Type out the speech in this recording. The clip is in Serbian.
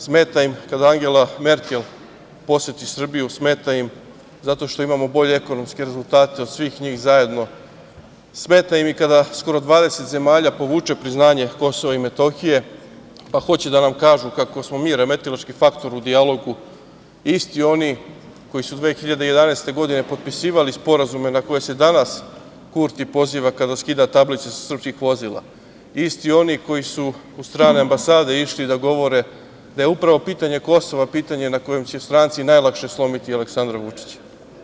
Smeta im kada Angela Merkel poseti Srbiju, smeta im zato što imamo bolje ekonomske rezultate od svih njih zajedno, smeta im i kada skoro 20 zemalja povuče priznanje KiM pa hoće da nam kažu kako smo mi remetilački faktor u dijalogu, isti oni koji su 2011. godine potpisivali sporazume na koje se danas Kurti poziva kada skida tablice sa srpskih vozila, isti oni koji su u strane ambasade išli da govore da je upravo pitanje Kosova pitanje na kojem će stranci najlakše slomiti Aleksandra Vučića.